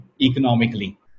economically